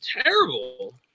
terrible